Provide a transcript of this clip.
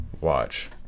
watch